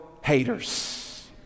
haters